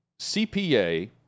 CPA